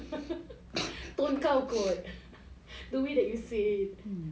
untuk kau kot the way that you say it